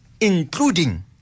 including